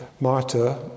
Marta